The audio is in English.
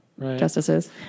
justices